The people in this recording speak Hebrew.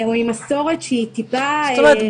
או עם מסורת שהיא טיפה --- זאת אומרת,